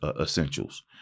essentials